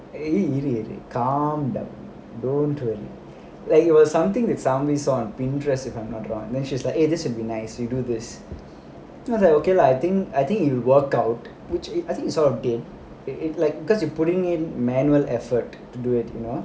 really really calm down don't do it like it was something that zambi saw interesting then she's like eh this would be nice you do this then I like what okay lah I think I think you work out which I think sort of gain I think like because you putting in manual effort to do it you know